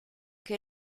que